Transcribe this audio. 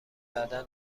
بعدا